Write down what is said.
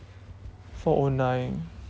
four O nine